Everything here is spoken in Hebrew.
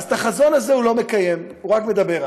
אז את החזון הזה הוא לא מקיים, הוא רק מדבר עליו.